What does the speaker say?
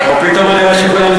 פתאום אני רואה שכולם,